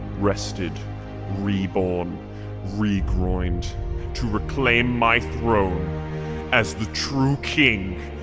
rested reborn re-groined to reclaim my throne as the true king.